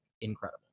incredible